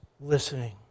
listening